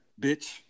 bitch